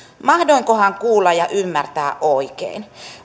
mahdoinkohan kuulla ja ymmärtää oikein